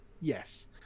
Yes